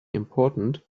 important